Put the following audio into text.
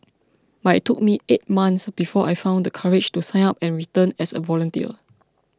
but it took me eight months before I found the courage to sign up and return as a volunteer